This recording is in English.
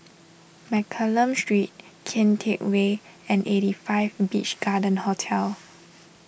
Mccallum Street Kian Teck Way and eighty five Beach Garden Hotel